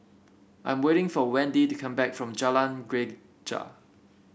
I'm waiting for Wendi to come back from Jalan Greja